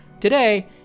Today